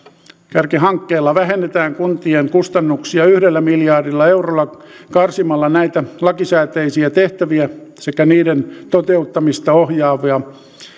kärkihankkeella vähennetään kuntien kustannuksia yhdellä miljardilla eurolla karsimalla näitä lakisääteisiä tehtäviä sekä niiden toteuttamista ohjaavia